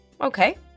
Okay